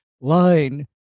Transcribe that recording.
line